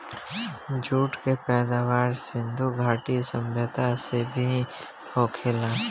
jute के पैदावार सिधु घाटी सभ्यता से ही होखेला